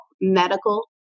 medical